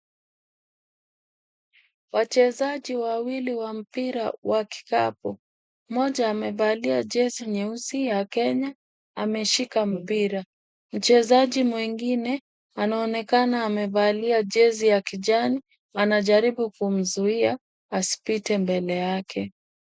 Wachezaji wawili wa mpira wa kikapu mmoja amevalia jezi nyeusi ya Kenya ameshika mpira mchezaji mwingine anaonekana amevalia jezi ya kijani anajaribu kumzuia asipite mbele yake.